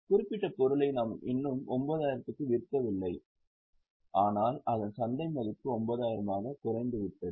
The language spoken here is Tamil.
குறிப்பிட்ட பொருளை நாம் இன்னும் 9000 க்கு விற்கவில்லை ஆனால் அதன் சந்தை மதிப்பு 9000 ஆகக் குறைந்துவிட்டது